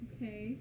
Okay